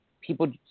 people